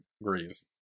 agrees